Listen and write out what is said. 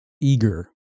eager